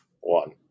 one